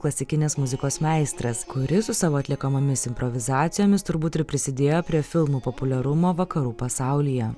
klasikinės muzikos meistras kuris su savo atliekamomis improvizacijomis turbūt ir prisidėjo prie filmo populiarumo vakarų pasaulyje